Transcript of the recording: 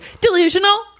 delusional